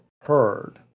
heard